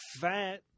fat